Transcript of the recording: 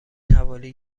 حوالی